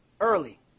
early